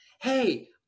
hey